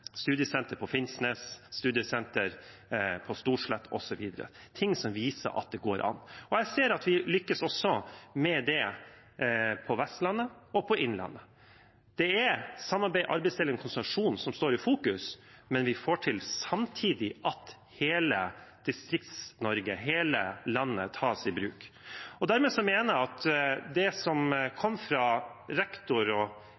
studiesenter på Finnsnes, studiesenter på Storslett osv. Det er ting som viser at det går an. Jeg ser at vi også lykkes med det på Vestlandet og i Innlandet. Det er samarbeid, arbeidsdeling og konsentrasjon som står i fokus, og samtidig får vi til at hele Distrikts-Norge, hele landet, tas i bruk. Dermed mener jeg at det som